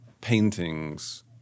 paintings